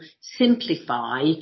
simplify